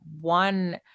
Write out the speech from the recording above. one